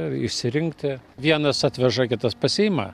išsirinkti vienas atveža kitas pasiima